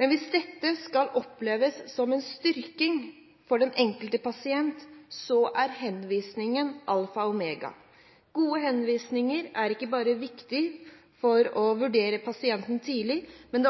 men det er